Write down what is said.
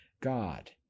God